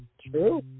true